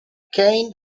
kane